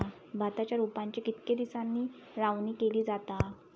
भाताच्या रोपांची कितके दिसांनी लावणी केली जाता?